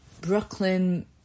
Brooklyn